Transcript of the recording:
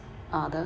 are the